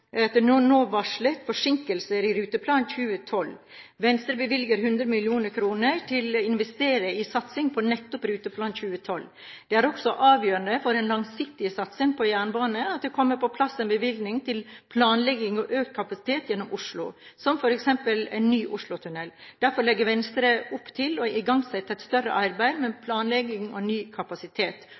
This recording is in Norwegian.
nå varsles forsinkelser i Ruteplan 2012. Venstre bevilger 100 mill. kr til å investere i satsing på nettopp Ruteplan 2012. Det er også avgjørende for den langsiktige satsingen på jernbane at det kommer på plass en bevilgning til planlegging av økt kapasitet gjennom Oslo, som f.eks. en ny Oslotunnel. Derfor legger Venstre opp til å igangsette et større arbeid med planlegging av ny kapasitet